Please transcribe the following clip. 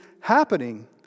happening